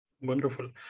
Wonderful